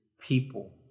people